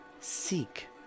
seek